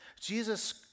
Jesus